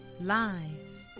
live